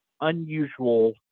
unusual